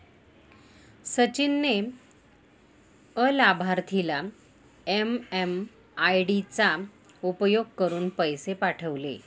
सचिन ने अलाभार्थीला एम.एम.आय.डी चा उपयोग करुन पैसे पाठवले